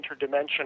interdimensional